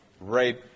right